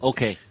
Okay